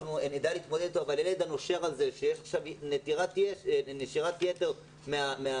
אנחנו נדע להתמודד אתו אבל הילד הנושר ועכשיו יש נשירת יתר מהמסגרות,